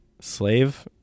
Slave